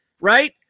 Right